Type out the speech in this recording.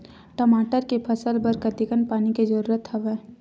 टमाटर के फसल बर कतेकन पानी के जरूरत हवय?